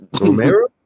Romero